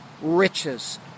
riches